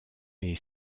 est